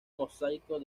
mosaico